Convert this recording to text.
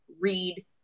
read